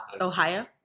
Ohio